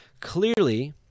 clearly